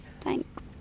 Thanks